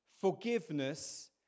Forgiveness